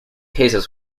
cases